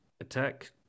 attack